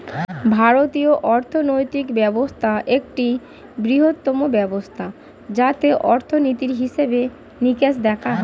ভারতীয় অর্থনৈতিক ব্যবস্থা একটি বৃহত্তম ব্যবস্থা যাতে অর্থনীতির হিসেবে নিকেশ দেখা হয়